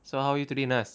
so how you today nas